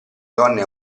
donne